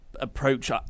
approach